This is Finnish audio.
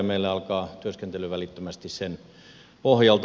meillä alkaa työskentely välittömästi sen pohjalta